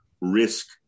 risk